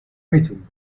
میتونید